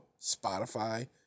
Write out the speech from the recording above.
Spotify